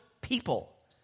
people